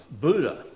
Buddha